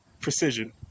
precision